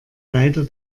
leider